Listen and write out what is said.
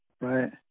right